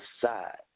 side